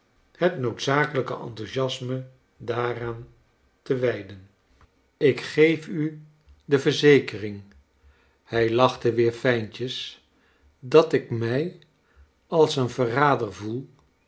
het noodzakelrjke enthousiastme daaraan te wijden ik geef u de verzekering hij lachte weer fijntjes dat ik mij als een verrader voel